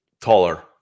taller